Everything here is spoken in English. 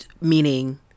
meaning